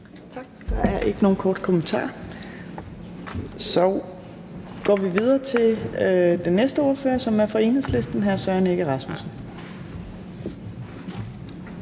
Tak. Der er ikke nogen korte bemærkninger. Så går vi videre til den næste ordfører, som er fra Enhedslisten, og det er hr. Søren Egge Rasmussen.